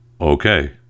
okay